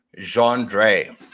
Jean-Dre